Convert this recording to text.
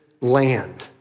land